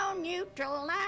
neutral